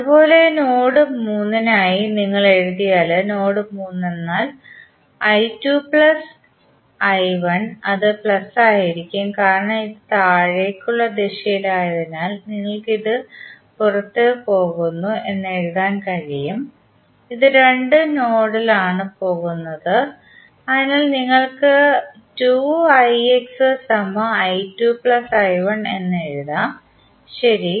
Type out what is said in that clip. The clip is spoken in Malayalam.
അതുപോലെ നോഡ് 3 നായി നിങ്ങൾ എഴുതിയാൽ നോഡ് 3 എന്നാൽ അത് പ്ലസ് ആയിരിക്കും കാരണം ഇത് താഴേക്കുള്ള ദിശയിലായതിനാൽ നിങ്ങൾക്ക് ഇത് ഇത് പുറത്തേക് പോകുന്നു എന്ന് എഴുതാൻ കഴിയും ഇത് രണ്ടും നോഡിലാണ് പോകുന്നത് അതിനാൽ നിങ്ങൾക്ക് എന്ന് എഴുതാം ശരി